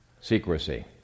Secrecy